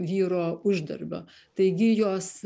vyro uždarbio taigi jos